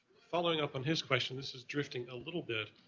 following up on his question, this is drifting a little bit.